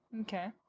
Okay